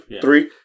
three